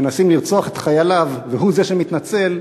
מנסים לרצוח את חייליו והוא זה שמתנצל,